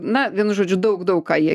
na vienu žodžiu daug daug ką jie